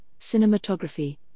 cinematography